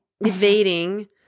Evading